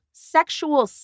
Sexual